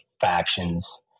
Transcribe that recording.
factions